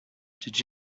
did